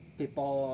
people